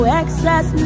excess